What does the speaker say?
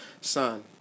son